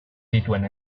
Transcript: dituen